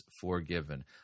forgiven